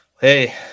Hey